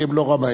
כי הם לא רמאים,